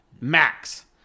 max